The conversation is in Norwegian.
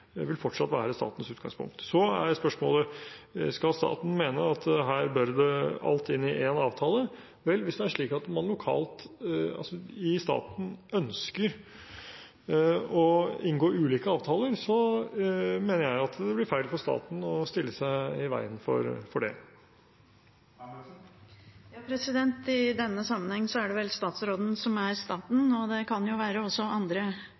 vil fortsatt være statens utgangspunkt. Så er spørsmålet: Skal staten mene at her bør alt inn i én avtale? Vel, hvis det er slik at man i staten lokalt ønsker å inngå ulike avtaler, så mener jeg at det blir feil for staten å stille seg i veien for det. I denne sammenhengen er det vel statsråden som er staten, og det kan jo også være andre statsråder som kan ha andre